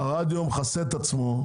הרדיו מכסה את עצמו,